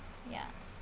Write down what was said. ya